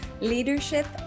leadership